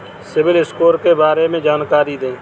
CIBIL score के बारे में जानकारी दें?